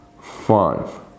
five